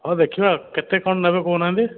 ହଁ ଦେଖିବା କେତେ କ'ଣ ନେବେ କହୁନାହାନ୍ତି